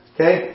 Okay